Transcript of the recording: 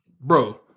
bro